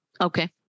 Okay